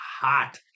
Hot